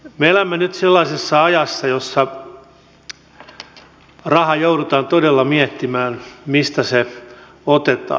me elämme nyt sellaisessa ajassa jossa joudutaan todella miettimään mistä raha otetaan